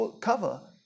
cover